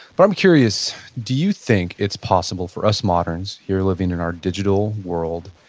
but i'm curious. do you think it's possible for us moderns, here living in our digital world,